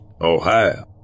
ohio